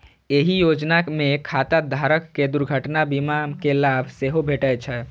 एहि योजना मे खाता धारक कें दुर्घटना बीमा के लाभ सेहो भेटै छै